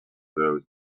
those